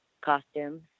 costumes